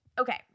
Okay